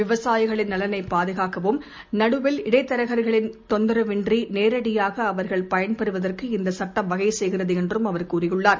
விவசாயிகளின் நலனைப் பாதுகாக்கவும் நடுவில் இடைத்தரகர்களின் தொந்தரவின்றிநேரடியாகஅவர்கள் பயன்பெறுவதற்கு இந்தசட்டம் வகைசெய்கிறதுஎன்றும் அவர் கூறியுள்ளார்